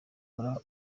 kora